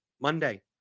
Monday